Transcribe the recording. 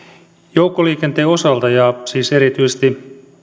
joukkoliikenteen osalta ja siis erityisesti